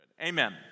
Amen